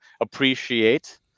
appreciate